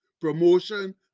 promotion